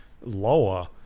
lower